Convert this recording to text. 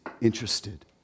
interested